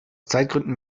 zeitgründen